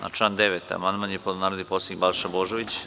Na član 9. amandman je podneo narodni poslanik Balša Božović.